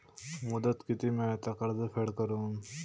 मुदत किती मेळता कर्ज फेड करून?